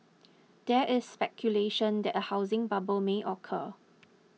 there is speculation that a housing bubble may occur